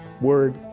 word